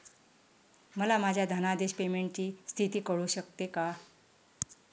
मला माझ्या धनादेश पेमेंटची स्थिती कळू शकते का?